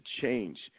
change